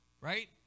right